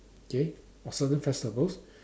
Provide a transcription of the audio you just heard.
okay or certain festivals